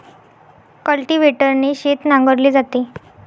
कल्टिव्हेटरने शेत नांगरले जाते